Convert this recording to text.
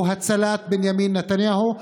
הוא הצלת בנימין נתניהו,